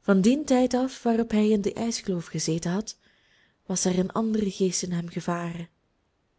van dien tijd af waarop hij in de ijskloof gezeten had was er een andere geest in hem gevaren